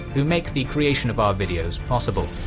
who make the creation of our videos possible.